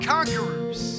conquerors